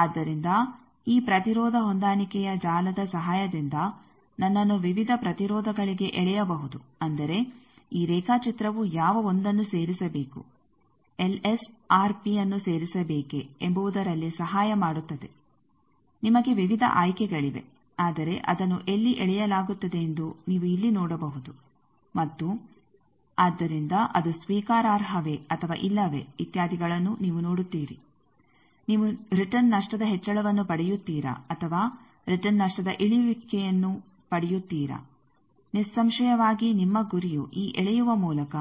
ಆದ್ದರಿಂದ ಈ ಪ್ರತಿರೋಧ ಹೊಂದಾಣಿಕೆಯ ಜಾಲದ ಸಹಾಯದಿಂದ ನನ್ನನ್ನು ವಿವಿಧ ಪ್ರತಿರೋಧಗಳಿಗೆ ಎಳೆಯಬಹುದು ಅಂದರೆ ಈ ರೇಖಾಚಿತ್ರವು ಯಾವ 1ಅನ್ನು ಸೇರಿಸಬೇಕು ಅನ್ನು ಸೇರಿಸಬೇಕೇ ಎಂಬುವುದರಲ್ಲಿ ಸಹಾಯ ಮಾಡುತ್ತದೆ ನಿಮಗೆ ವಿವಿಧ ಆಯ್ಕೆಗಳಿವೆ ಆದರೆ ಅದನ್ನು ಎಲ್ಲಿ ಎಳೆಯಲಾಗುತ್ತದೆಂದು ನೀವು ಇಲ್ಲಿ ನೋಡಬಹುದು ಮತ್ತು ಆದ್ದರಿಂದ ಅದು ಸ್ವೀಕಾರಾರ್ಹವೇ ಅಥವಾ ಇಲ್ಲವೇ ಇತ್ಯಾದಿಗಳನ್ನು ನೀವು ನೋಡುತ್ತೀರಿ ನೀವು ರಿಟರ್ನ್ ನಷ್ಟದ ಹೆಚ್ಚಳವನ್ನು ಪಡೆಯುತ್ತೀರಾ ಅಥವಾ ರಿಟರ್ನ್ ನಷ್ಟದ ಇಳಿಕೆಯನ್ನು ಪಡೆಯುತ್ತೀರಾ ನಿಸ್ಸಂಶಯವಾಗಿ ನಿಮ್ಮ ಗುರಿಯು ಈ ಎಳೆಯುವ ಮೂಲಕ